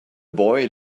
boy